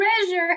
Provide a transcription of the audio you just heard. treasure